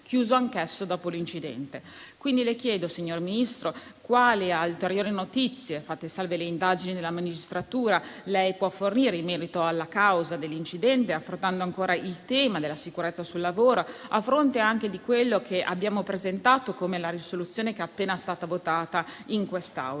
chiuso anch'esso dopo l'incidente. Le chiedo quindi, signor Ministro, quali ulteriori notizie, fatte salve le indagini della magistratura, può fornire in merito alla causa dell'incidente, affrontando ancora il tema della sicurezza sul lavoro, a fronte anche di quella che abbiamo presentato come la risoluzione che è appena stata votata in quest'Aula.